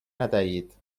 ندهید